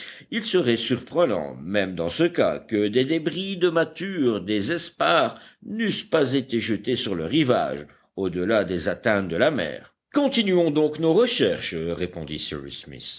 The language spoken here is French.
il serait surprenant même dans ce cas que des débris de mâture des espars n'eussent pas été jetés sur le rivage au delà des atteintes de la mer continuons donc nos recherches répondit cyrus smith